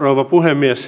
ja riittävän helppokäyttöisesti